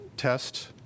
test